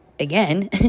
Again